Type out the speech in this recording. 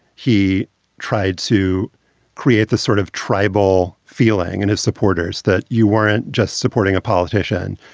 he tried to create the sort of tribal feeling and his supporters that you weren't just supporting a politician.